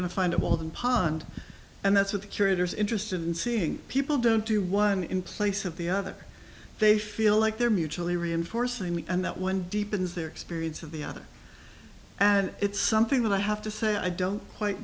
to find a walden pond and that's what the curators interested in seeing people don't do one in place of the other they feel like they're mutually reinforcing and that when deepens their experience of the other and it's something that i have to say i don't quite